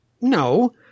No